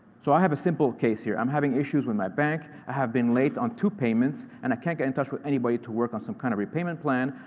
so i have a simple case here. i'm having issues with my bank. i have been late on two payments, and i can't get in touch with anybody to work on some kind of repayment plan.